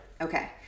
Okay